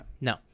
No